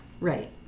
Right